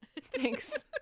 Thanks